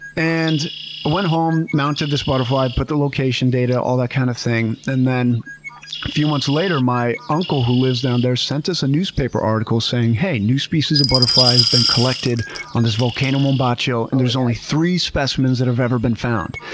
and went home, mounted this butterfly, put the location data, all that kind of thing. then a few months later, my uncle who lives down there, sent us a newspaper article saying, hey, a new species of butterfly has been collected on this volcano mombacho, and there's only three specimens that have ever been found.